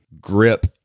Grip